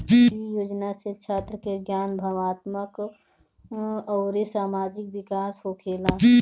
इ योजना से छात्र के ज्ञान, भावात्मक अउरी सामाजिक विकास होखेला